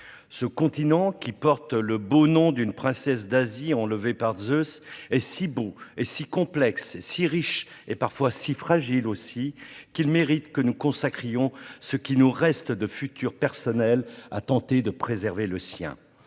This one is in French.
Ce continent, qui porte le beau nom d'une princesse d'Asie enlevée par Zeus, est si beau et si complexe, si riche et si fragile aussi, qu'il mérite que nous consacrions ce qui nous reste de futur personnel à tenter de préserver le sien.